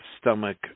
stomach